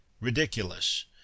ridiculous